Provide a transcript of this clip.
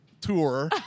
tour